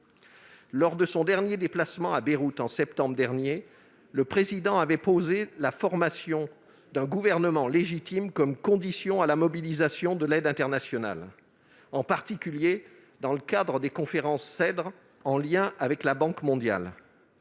Lors de son dernier déplacement à Beyrouth, en septembre dernier, le Président de la République avait posé la formation d'un gouvernement légitime comme condition à la mobilisation de l'aide internationale, en particulier dans le cadre des conférences Cèdre en lien avec la Banque mondiale.